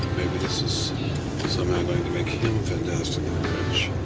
maybe this is somehow going to make him fantastically